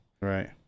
Right